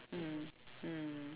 mm mm